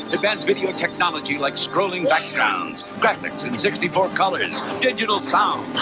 advanced video technology like scrolling backgrounds, graphics in sixty four colors, digital sound,